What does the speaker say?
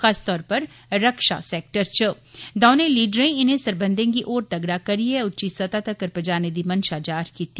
खास तौर पर रक्षा सेक्टर च दौनें लीडरें इनें सरबंधें गी होर तड़ा करियै उच्ची सतह् तकर पजाने दी मंशा जाह्र कीती